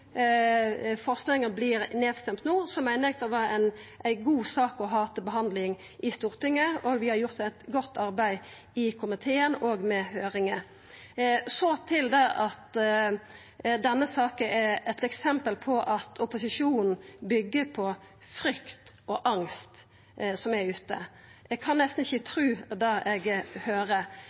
meiner eg at det var ei god sak å ha til behandling i Stortinget, og vi har gjort eit godt arbeid i komiteen og med høyringa. Så til det at denne saka er eit eksempel på at opposisjonen byggjer på frykt og angst som er der ute: Eg kan nesten ikkje tru det eg høyrer.